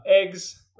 eggs